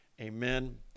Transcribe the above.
amen